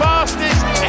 fastest